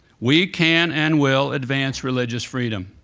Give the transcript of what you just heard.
we can and will advance religious freedom.